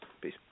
Peace